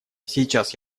сейчас